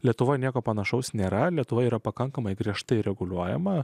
lietuvoje nieko panašaus nėra lietuva yra pakankamai griežtai reguliuojama